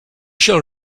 shall